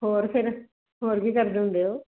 ਹੋਰ ਫਿਰ ਹੋਰ ਕੀ ਕਰਦੇ ਹੁੰਦੇ ਹੋ